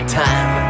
time